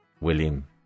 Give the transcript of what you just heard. William